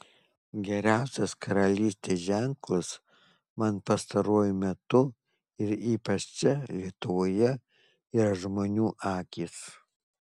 geriausias karalystės ženklas man pastaruoju metu ir ypač čia lietuvoje yra žmonių akys